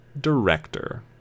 Director